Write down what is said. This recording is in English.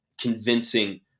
convincing